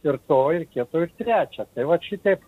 ir to ir kito ir trečio tai vat šitaip